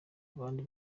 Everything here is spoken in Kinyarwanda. abandi